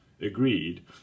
agreed